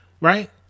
Right